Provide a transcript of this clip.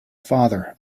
father